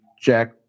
Jack